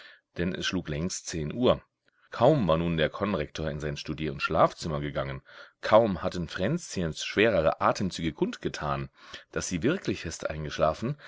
denn es schlug längst zehn uhr kaum war nun der konrektor in sein studier und schlafzimmer gegangen kaum hatten fränzchens schwerere atemzüge kund getan daß sie wirklich fest eingeschlafen